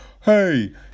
hey